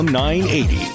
980